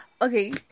Okay